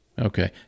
okay